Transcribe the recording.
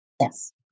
Yes